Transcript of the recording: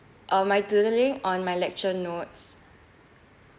uh my doodling on my lecture notes